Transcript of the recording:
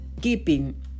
keeping